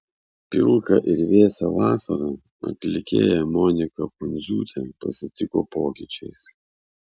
pilką ir vėsią vasarą atlikėja monika pundziūtė pasitiko pokyčiais